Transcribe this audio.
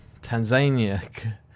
tanzania